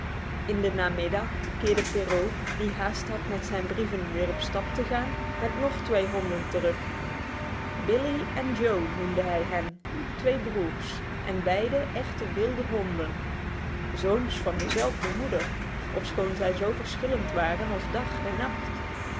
in de namiddag keerde perrault die haast had met zijn brieven weer op stap te gaan met nog twee honden terug billee en joe noemde hij hen twee broers en beide echte wilde honden zoons van dezelfde moeder ofschoon zij zo verschillend waren als dag en nacht